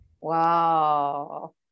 Wow